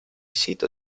sito